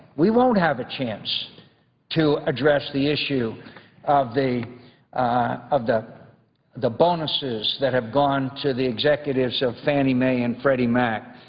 we won't have a chance to address the issue of the of the the bonuses that have gone to the executives of fannie mae and freddie mac